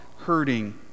hurting